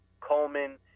Coleman